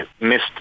missed